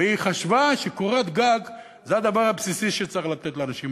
והיא חשבה שקורת-גג זה הדבר הבסיסי שצריך לתת לאנשים.